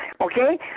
okay